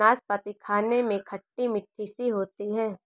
नाशपती खाने में खट्टी मिट्ठी सी होती है